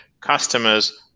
customers